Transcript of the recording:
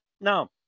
Now